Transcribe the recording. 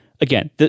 again